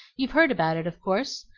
you've heard about it, of course?